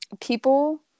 people